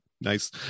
nice